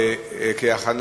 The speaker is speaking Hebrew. ההצעה